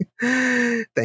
Thank